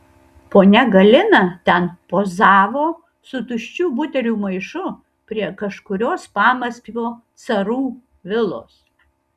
ponia galina ten pozavo su tuščių butelių maišu prie kažkurios pamaskvio carų vilos